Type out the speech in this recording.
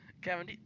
Kevin